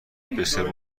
بسیار